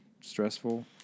stressful